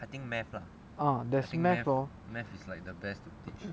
ah there's mathematics hor